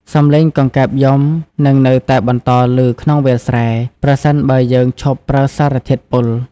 សម្លេងកង្កែបយំនឹងនៅតែបន្តឮក្នុងវាលស្រែ ប្រសិនបើយើងឈប់ប្រើសារធាតុពុល។